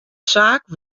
saak